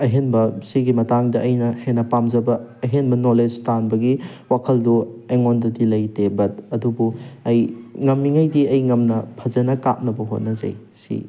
ꯑꯍꯦꯟꯕ ꯁꯤꯒꯤ ꯃꯇꯥꯡꯗ ꯑꯩꯅ ꯍꯦꯟꯅ ꯄꯥꯝꯖꯕ ꯑꯍꯦꯟꯕ ꯅꯣꯂꯦꯖ ꯇꯥꯟꯕꯒꯤ ꯋꯥꯈꯜꯗꯨ ꯑꯩꯉꯣꯟꯗꯗꯤ ꯂꯩꯇꯦ ꯕꯠ ꯑꯗꯨꯕꯨ ꯑꯩ ꯉꯝꯃꯤꯉꯩꯗꯤ ꯑꯩ ꯉꯝꯅ ꯐꯖꯅ ꯀꯥꯞꯅꯕ ꯑꯩ ꯈꯣꯠꯅꯖꯩ ꯁꯤ